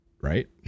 right